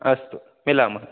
अस्तु मिलामः